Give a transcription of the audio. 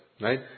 right